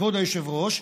כבוד היושב-ראש,